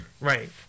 Right